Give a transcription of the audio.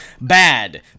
bad